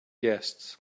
guests